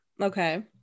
okay